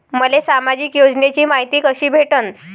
मले सामाजिक योजनेची मायती कशी भेटन?